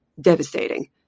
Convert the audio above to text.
devastating